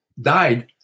died